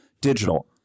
digital